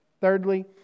thirdly